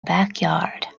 backyard